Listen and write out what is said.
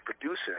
producer